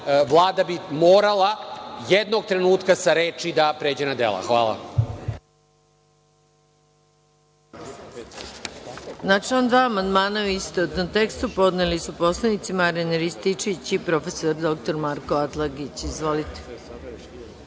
Vlada bi morala jednog trenutka sa reči da pređe na dela. Hvala.